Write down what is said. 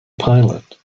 pilot